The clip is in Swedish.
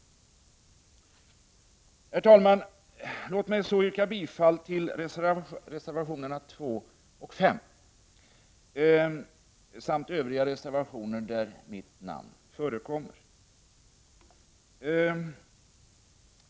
Herr talman! Låt mig så yrka bifall till reservationerna 2 och 5 samt till Övriga reservationer där mitt namn förekommer.